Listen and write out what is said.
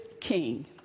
king